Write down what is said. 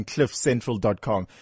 CliffCentral.com